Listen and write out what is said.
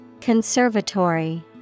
Conservatory